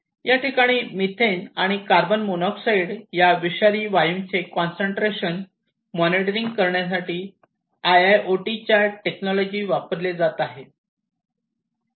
ह्याठिकाणी मिथेन आणि carbon monoxide या विषारी वायूंचे कॉन्सन्ट्रेशन मॉनिटरिंग करण्यासाठी I I O T technology वापरली जाते